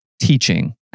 teaching